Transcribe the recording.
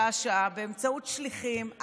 שעה-שעה, באמצעות שליחים.